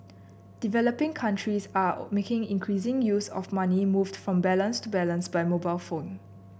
developing countries are making increasing use of money moved from balance to balance by mobile phone